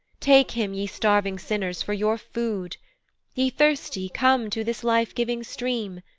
take him ye starving sinners, for your food ye thirsty, come to this life-giving stream,